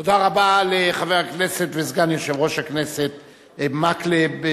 תודה רבה לחבר הכנסת וסגן יושב-ראש הכנסת מקלב.